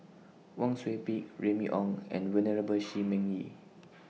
Wang Sui Pick Remy Ong and Venerable Shi Ming Yi